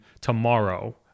tomorrow